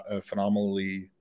phenomenally